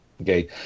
Okay